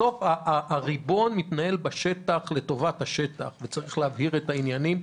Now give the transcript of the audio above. בסוף הריבון מתנהל בשטח לטובת בשטח וצריך להבהיר את העניינים.